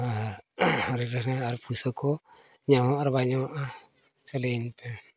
ᱟᱨ ᱟᱹᱰᱤ ᱰᱷᱮᱨ ᱜᱮ ᱯᱩᱭᱥᱟᱹ ᱠᱚ ᱧᱟᱢᱚᱜ ᱟᱨ ᱵᱟᱭ ᱧᱟᱢᱚᱜᱼᱟ ᱞᱟᱹᱭᱟᱹᱧ ᱯᱮ